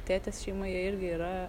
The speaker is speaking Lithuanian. tėtės šeimoje irgi yra